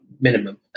minimum